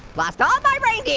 lost all my reindeer.